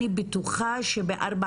אני בטוחה שבארבע